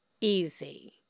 easy